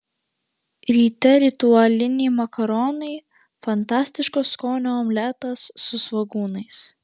ryte ritualiniai makaronai fantastiško skonio omletas su svogūnais